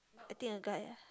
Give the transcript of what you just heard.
I think a guy